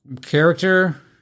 character